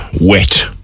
wet